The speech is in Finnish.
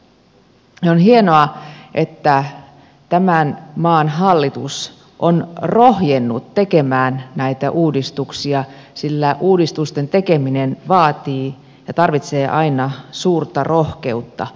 on hienoa että tämän maan hallitus on rohjennut tehdä näitä uudistuksia sillä uudistusten tekeminen vaatii ja tarvitsee aina suurta rohkeutta